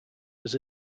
was